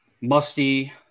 musty